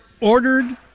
ordered